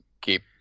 keep